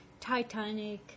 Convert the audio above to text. Titanic